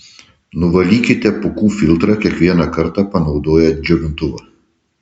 nuvalykite pūkų filtrą kiekvieną kartą panaudoję džiovintuvą